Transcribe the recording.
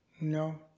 No